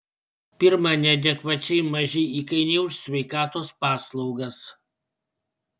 pirma neadekvačiai maži įkainiai už sveikatos paslaugas